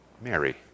Mary